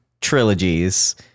trilogies